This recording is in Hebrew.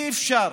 אי-אפשר